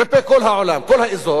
כלפי כל העולם, כל האזור,